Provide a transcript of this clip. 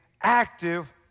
active